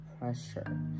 pressure